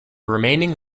remaining